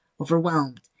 overwhelmed